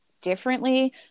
differently